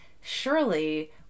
surely